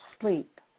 sleep